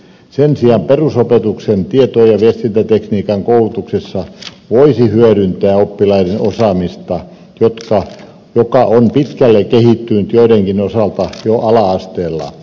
sen sijaan perusopetuksen tieto ja viestintätekniikan koulutuksessa voisi hyödyntää oppilaiden osaamista joka on pitkälle kehittynyt joidenkin osalta jo ala asteella